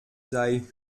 sei